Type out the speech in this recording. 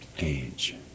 age